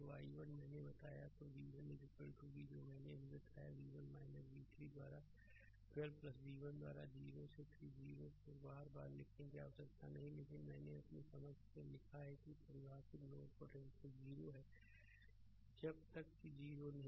तो i1 मैंने बताया तो v1 v जो मैंने भी बताया v1 v3 द्वारा 12 v1 द्वारा 0 से 3 0 को बार बार लिखने की आवश्यकता नहीं है लेकिन मैंने अपनी समझ के लिए लिखा है कि परिभाषित नोड पोटेंशियल 0 है जब तक कि 0 नहीं